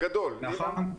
נכון.